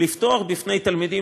לפתוח לפני התלמידים